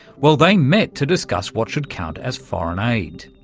well, they met to discuss what should count as foreign aid.